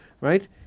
Right